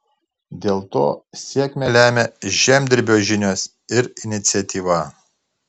dėl to sėkmę lemia žemdirbio žinios ir iniciatyva